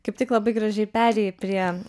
kaip tik labai gražiai perėjai prie